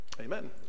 amen